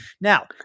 Now